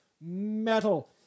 Metal